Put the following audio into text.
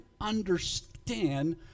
understand